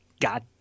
God